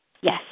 Yes